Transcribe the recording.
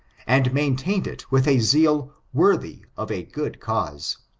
and maintained it with a zeal worthy of a good cause.